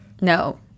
No